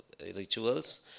rituals